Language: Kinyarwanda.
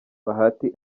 bahati